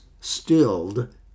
stilled